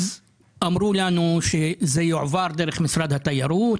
אמרו לנו שזה יועבר דרך משרד התיירות,